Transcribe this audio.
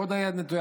ועוד היד נטויה.